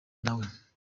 nawe